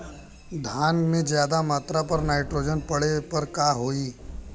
धान में ज्यादा मात्रा पर नाइट्रोजन पड़े पर का होई?